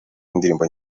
y’indirimbo